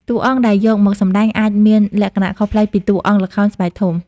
តួអង្គដែលយកមកសម្តែងអាចមានលក្ខណៈខុសប្លែកពីតួអង្គល្ខោនស្បែកធំ។